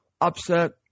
upset